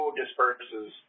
disperses